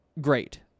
great